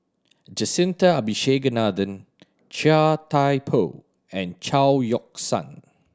Jacintha Abisheganaden Chia Thye Poh and Chao Yoke San